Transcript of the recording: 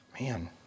Man